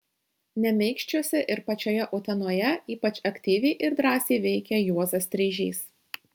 nemeikščiuose ir pačioje utenoje ypač aktyviai ir drąsiai veikė juozas streižys